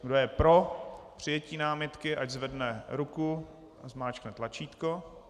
Kdo je pro přijetí námitky, ať zvedne ruku a zmáčkne tlačítko.